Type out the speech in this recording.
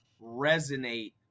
resonate